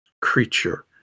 creature